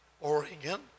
Oregon